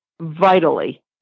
vitally